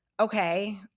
Okay